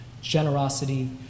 generosity